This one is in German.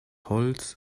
holz